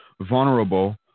vulnerable